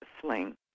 sling